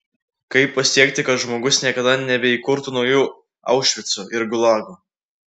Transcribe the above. kaip pasiekti kad žmogus niekada nebeįkurtų naujų aušvicų ir gulagų